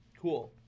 Cool